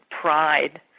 pride